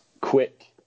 quick